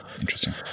interesting